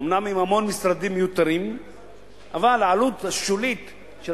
אומנם עם המון משרדים מיותרים אבל העלות השולית של